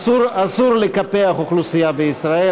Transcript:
אסור לקפח אוכלוסייה בישראל.